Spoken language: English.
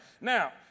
now